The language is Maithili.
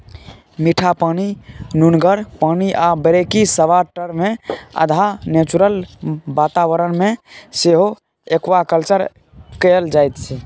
मीठ पानि, नुनगर पानि आ ब्रेकिसवाटरमे अधहा नेचुरल बाताबरण मे सेहो एक्वाकल्चर कएल जाइत छै